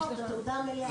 צריך לסרוק את התעודה המלאה.